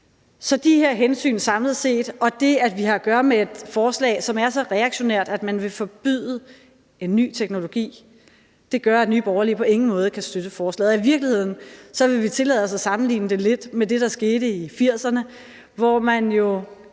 Så de her hensyn samlet set og det, at vi har at gøre med et forslag, som er så reaktionært, at man vil forbyde en ny teknologi, gør, at Nye Borgerlige på ingen måde kan støtte forslaget. I virkeligheden vil vi tillade os at sammenligne det lidt med det, der skete i 80'erne, hvor man jo